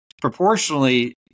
proportionally